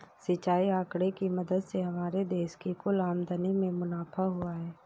सिंचाई आंकड़े की मदद से हमारे देश की कुल आमदनी में मुनाफा हुआ है